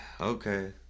Okay